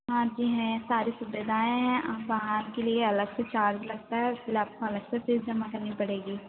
हाँ जी हैं सारी सुविधाएँ हैं और बाहर के लिए अलग से चार्ज लगता है उसके लिए आपको अलग से फीस जमा करनी पड़ेगी